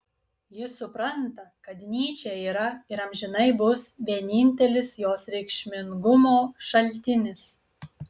ji supranta kad nyčė yra ir amžinai bus vienintelis jos reikšmingumo šaltinis